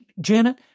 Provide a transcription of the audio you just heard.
Janet